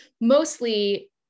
mostly